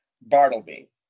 Bartleby